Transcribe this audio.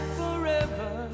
forever